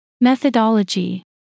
Methodology